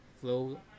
flow